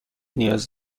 نیاز